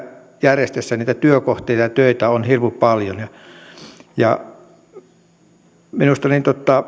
järjestöissä niitä työkohteita ja töitä on hirmu paljon ja minä en pidä sitä tempputyöllistämisenä